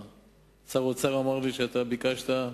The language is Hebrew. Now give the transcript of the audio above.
שר האוצר אמר לי שאתה ביקשת,